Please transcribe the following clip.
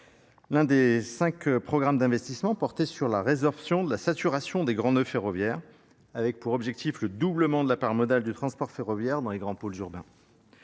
L'un des cinq programmes d'investissement portait sur la résorption de la saturation des grands œufs ferroviaires, avec pour objectif le doublement de la part modale du transport ferroviaire dans les grands pôles urbains.